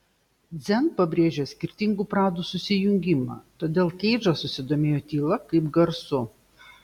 dzen pabrėžia skirtingų pradų susijungimą todėl keidžas susidomėjo tyla kaip garsu